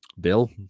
Bill